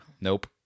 Nope